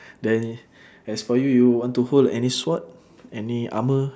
then as for you you want to hold any sword any armour